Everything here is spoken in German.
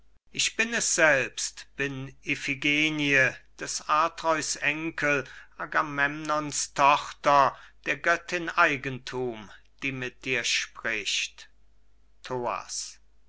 ich bin es selbst bin iphigenie des altreus enkel agamemnons tochter der göttin eigenthum die mit dir spricht